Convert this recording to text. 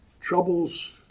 Troubles